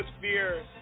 fear